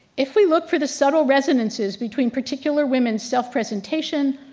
if we look for the subtle residences between particular women's self presentation,